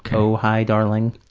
ah ohaidarling.